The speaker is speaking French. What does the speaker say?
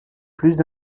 plus